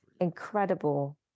incredible